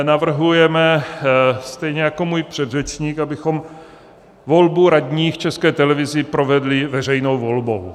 Navrhujeme stejně jako můj předřečník, abychom volbu radních v České televizi provedli veřejnou volbou.